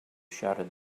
shouted